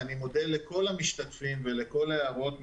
ואני מודה לכל המשתתפים ולכל ההערות.